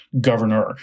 governor